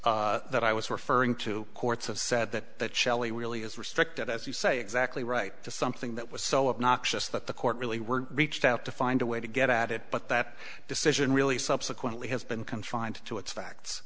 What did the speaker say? case that i was referring to courts have said that shelly really is restricted as you say exactly right to something that was so up noxious that the court really were reached out to find a way to get at it but that decision really subsequently has been confined to its facts